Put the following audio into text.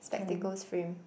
spectacles frame